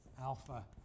alpha